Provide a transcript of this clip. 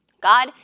God